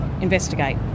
investigate